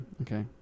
okay